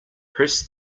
press